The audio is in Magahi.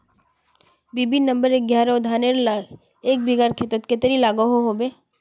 बी.बी नंबर एगारोह धानेर ला एक बिगहा खेतोत कतेरी लागोहो होबे?